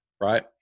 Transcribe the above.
right